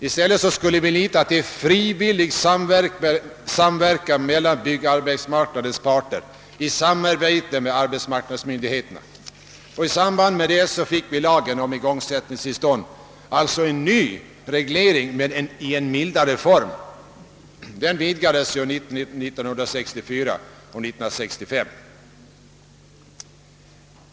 I stället skulle vi lita till frivillig samverkan mellan byggarbetsmarknadens parter i samarbete med arbetsmarknadsmyndigheterna. I samband med det fick vi lagen om igångsättningstillstånd, alltså en ny reglering men i mildare form, och den vidgades 1964 och 1965.